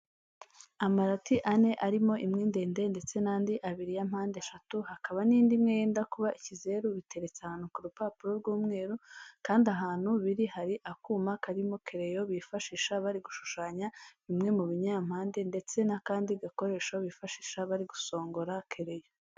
Amarati ane arimo imwe ndende ndetse n'andi abiri ya mpande eshatu, hakaba n'indi imwe yenda kuba ikizeru, biteretse ahantu ku rupapuro rw'umweru kandi ahantu biri hari akuma karimo kereyo bifashisha bari kushushanya bimwe mu binyampande, ndetse n'akandi gakoresho bifashisha bari gusongora kereyo.